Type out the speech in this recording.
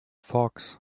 fox